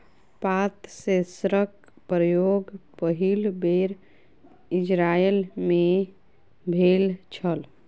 पात सेंसरक प्रयोग पहिल बेर इजरायल मे भेल छल